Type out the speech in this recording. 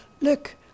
look